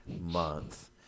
month